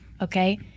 Okay